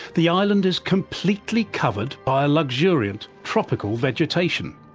the island is completely covered by a luxuriant tropical vegetation.